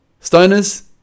Stoners